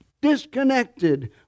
disconnected